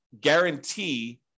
guarantee